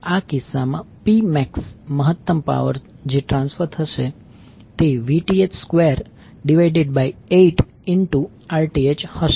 આ કિસ્સામાં P max મહત્તમ પાવર જે ટ્રાન્સફર થશે તે Vth28Rth હશે